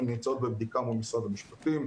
הן נמצאות בבדיקה מול משרד המשפטים.